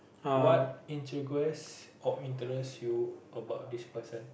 what intrigues interest you about this person